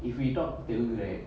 if we talk till correct